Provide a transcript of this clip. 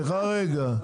סליחה רגע,